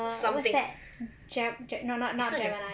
err what's that gem~ no no not gemini